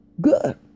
good